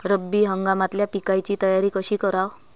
रब्बी हंगामातल्या पिकाइची तयारी कशी कराव?